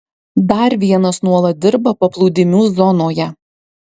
dar vienas nuolat dirba paplūdimių zonoje